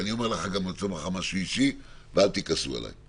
אומר גם משהו אישי, ואל תכעסו עלי.